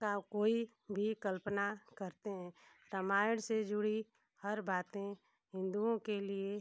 का कोई भी कल्पना करते हैं रामायण से जुड़ी हर बातें हिन्दुओं के लिए